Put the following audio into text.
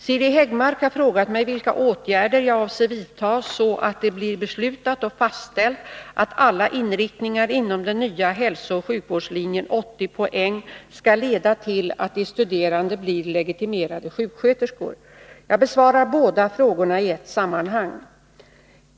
Siri Häggmark har frågat mig vilka åtgärder jag avser vidta så att det blir beslutat och fastställt att alla inriktningar inom den nya hälsooch sjukvårdslinjen 80 poäng skall leda till att de studerande blir legitimerade sjuksköterskor. Jag besvarar båda frågorna i ett sammanhang.